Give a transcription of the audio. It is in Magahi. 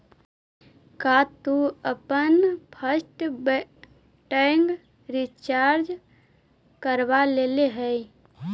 का तु अपन फास्ट टैग रिचार्ज करवा लेले हे?